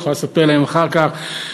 את יכולה לספר להם אחר כך.